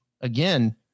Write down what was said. again